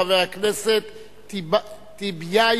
חבר הכנסת טיבייב.